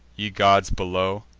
ye gods below,